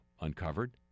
uncovered